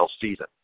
season